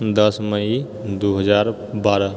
दश मइ दू हजार बारह